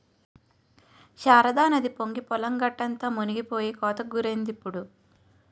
శారదానది పొంగి పొలం గట్టంతా మునిపోయి కోతకి గురైందిప్పుడు